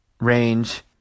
range